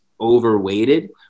overweighted